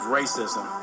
racism